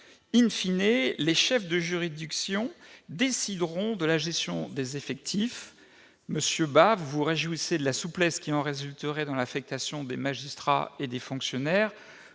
les chefs de juridiction décideront de la gestion des effectifs. Vous vous réjouissez, monsieur Bas, de la souplesse qui en résulterait dans l'affectation des magistrats et des fonctionnaires.